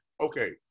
Okay